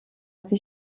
sie